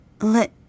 Let